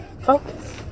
focus